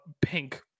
pink